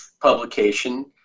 publication